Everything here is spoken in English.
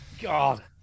God